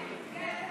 אוקיי.